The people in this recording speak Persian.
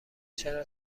چرا